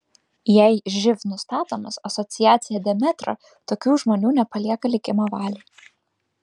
jei živ nustatomas asociacija demetra tokių žmonių nepalieka likimo valiai